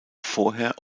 vorher